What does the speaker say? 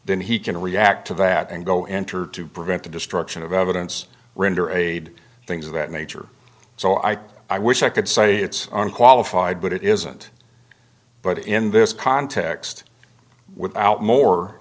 then he can react to that and go enter to prevent the destruction of evidence render aid things of that nature so i i wish i could say it's unqualified but it isn't but in this context without more